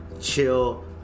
chill